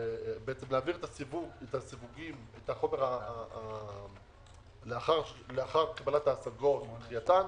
את הסיווגים לאחר קבלת ההסגות או דחייתן,